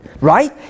right